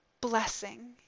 blessing